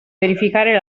verificare